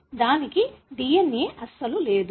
దానికి DNA అస్సలు లేదు